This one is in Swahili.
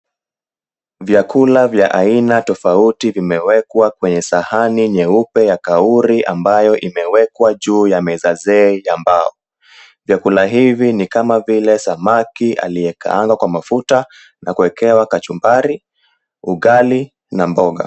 Vyakula vya aina tofauti vimewekwa kwenye sahani nyeupe ya kauri ambayo imewekwa juu ya meza zee ya mbao. Vyakula hivi ni kama vile samaki aliyekaangwa kwa mafuta na kuwekewa kachumbari, ugali na mboga.